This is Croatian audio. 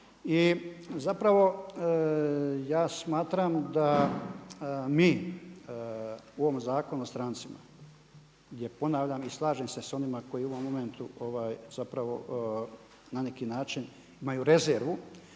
Zapravo, ja smatram da mi u ovom Zakonu o strancima gdje ponavljam i slažem se sa onima koji u ovom momentu na neki način imaju rezervu,